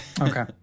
Okay